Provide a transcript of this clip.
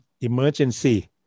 emergency